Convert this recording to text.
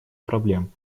проблем